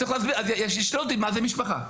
אז ישאלו אותי מי זה משפחה.